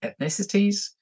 ethnicities